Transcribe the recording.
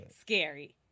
scary